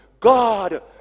God